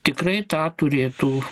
tikrai tą turėtų